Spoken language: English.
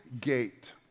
gate